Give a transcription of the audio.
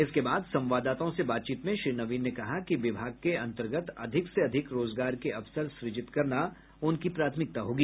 इसके बाद संवाददाताओं से बातचीत में श्री नवीन ने कहा कि विभाग के अंतर्गत अधिक से अधिक रोजगार के अवसर सृजित करना उनकी प्राथमिकता होगी